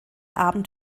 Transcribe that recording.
abend